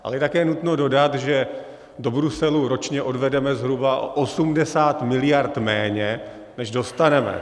Ale je také nutno dodat, že do Bruselu ročně odvedeme zhruba 80 mld. méně, než dostaneme.